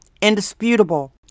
indisputable